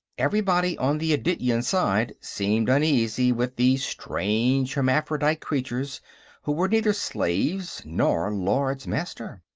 everybody on the adityan side seemed uneasy with these strange hermaphrodite creatures who were neither slaves nor lords-master.